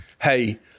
hey